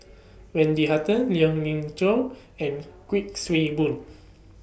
Wendy Hutton Lien Ying Chow and Kuik Swee Boon